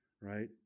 right